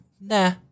nah